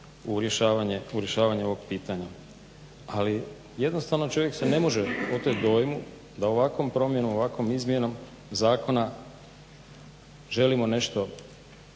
u rješavanje ovog pitanja. Ali jednostavno čovjek se ne može otet dojmu da ovakvom promjenom, ovakvom izmjenom zakona želimo nešto